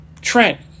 Trent